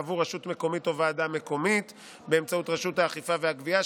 בעבור רשות מקומית או ועדה מקומית באמצעות רשות האכיפה והגבייה,